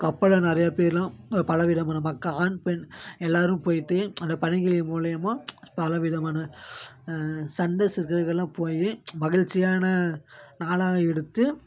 கப்பலில் நிறையா பேர்லாம் பலவிதமான மக்கள் ஆண் பெண் எல்லோரும் போய்ட்டு அந்த பண்டிகைகள் மூலியமாக பலவிதமான சண்டை சச்சரவுலாம் போய் மகிழ்ச்சியான நாளாக எடுத்து